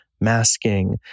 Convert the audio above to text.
masking